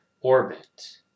orbit